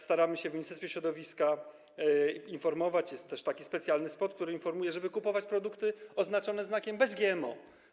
Staramy się w Ministerstwie Środowiska informować, jest też specjalny spot, który informuje, żeby kupować produkty oznaczone znakiem: bez GMO.